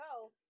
go